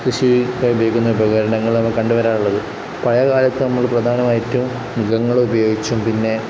കൃഷിക്കായി ഉപയോഗിക്കുന്ന ഉപകരണങ്ങൾ നമുക്ക് കണ്ടുവരാറുള്ളത് പഴയ കാലത്ത് നമ്മൾ പ്രധാനമായിട്ടും മൃഗങ്ങളെ ഉപയോഗിച്ചും പിന്നെ